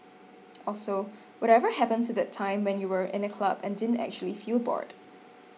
also whatever happened to the time when you were in a club and didn't actually feel bored